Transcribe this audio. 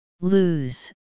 Lose